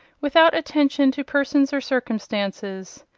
without attention to persons or circumstances.